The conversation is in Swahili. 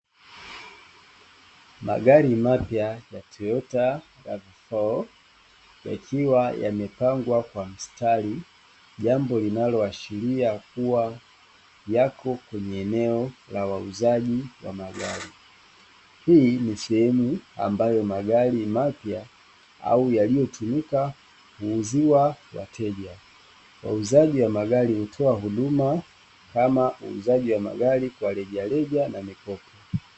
Magari mapya ya toyota (RAVA4), yakiwa yamepangwa kwa mstari jambo linaloashiria kuwa yako kwenye eneo la wauzaji wa magari, hii ni sehemu ambayo magari mapya au yaliyotumika kuuziwa wateja wauzaji wa magari mtoa huduma kama uuzaji wa magari kwa rejareja na mikopo.